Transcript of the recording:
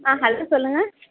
ஆ hello சொல்லுங்கள்